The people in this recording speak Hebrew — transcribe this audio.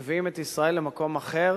מביאים את ישראל למקום אחר